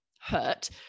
hurt